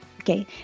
Okay